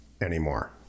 anymore